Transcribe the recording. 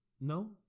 No